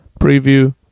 preview